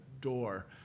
door